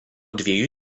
dviejų